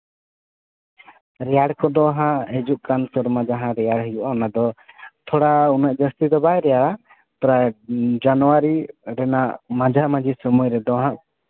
ᱨᱮᱭᱟᱲ ᱠᱚᱫᱚ ᱦᱟᱸᱜ ᱦᱤᱡᱩᱜ ᱠᱟᱱ ᱥᱮᱨᱢᱟ ᱡᱟᱦᱟᱸ ᱨᱮᱭᱟᱲ ᱦᱤᱡᱩᱜᱼᱟ ᱚᱱᱟ ᱫᱚ ᱛᱷᱚᱲᱟ ᱩᱱᱟᱹᱜ ᱡᱟᱹᱥᱛᱤ ᱫᱚ ᱵᱟᱭ ᱨᱮᱭᱟᱲᱟ ᱯᱨᱟᱭ ᱡᱟᱱᱩᱣᱟᱨᱤ ᱨᱮᱱᱟᱜ ᱢᱟᱡᱟᱼᱢᱟᱹᱡᱷᱤ ᱥᱚᱢᱚᱭ ᱨᱮᱫᱚ ᱦᱟᱸᱜ